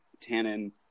tannin